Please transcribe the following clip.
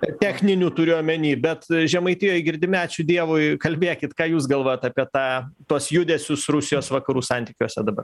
techninių turiu omeny bet žemaitijoj girdime ačiū dievui kalbėkit ką jūs galvojat apie tą tuos judesius rusijos vakarų santykiuose dabar